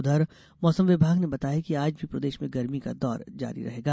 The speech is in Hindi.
उधर मौसम विभाग ने बताया है कि आज भी प्रदेश में गर्मी का दौर जारी रहेगा